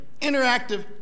interactive